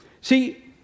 See